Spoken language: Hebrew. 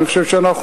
אני חושב שאנחנו,